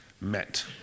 met